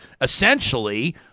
essentially